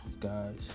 guys